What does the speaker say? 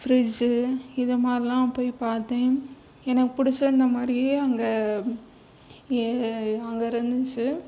fridge இது மாதிரிலாம் போய் பார்த்தேன் எனக்கு பிடிச்சுதிருந்த மாதிரியே அங்கே அங்கே இருந்துச்சு